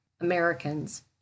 Americans